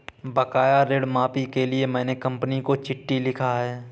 बकाया ऋण माफी के लिए मैने कंपनी को चिट्ठी लिखा है